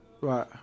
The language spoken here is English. Right